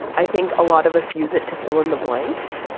i think a lot of us use it to fill in the blanks.